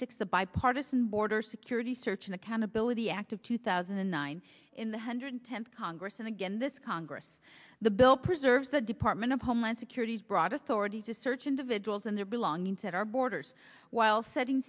the bipartisan border security search and accountability act of two thousand and nine in the hundred tenth congress and again this congress the bill preserves the department of homeland security's broad authority to search individuals and their belongings at our borders while setting